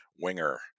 winger